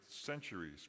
centuries